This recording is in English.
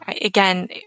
Again